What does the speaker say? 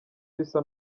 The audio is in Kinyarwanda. bisa